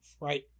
right